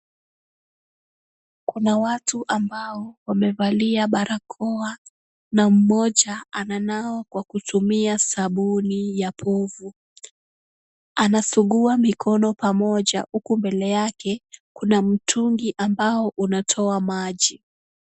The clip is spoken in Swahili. Kuna watu ambao wamevalia barakoa, na mmoja ananawa kwa kutumia sabuni ya povu, anasugua mikono pamoja, huku mbele yake kuna mtungi ambao unatoa maji.